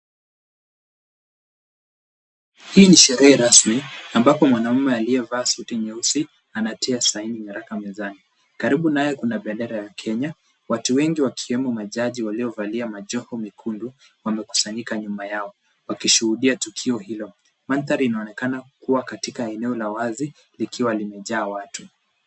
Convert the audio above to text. Hii ni sherehe rasmi ambapo mwanamume aliyevaa suti nyeusi anatia saini nyaraka mezani. Karibu naye kuna bendera ya Kenya, watu wengi wakiwemo majaji waliovalia majoho mekundu wamekusanyika nyuma yao, wakishuhudia tukio hilo. Mandhari inaonekana kuwa katika eneo la wazi likiwa limejaa watu.